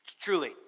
Truly